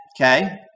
Okay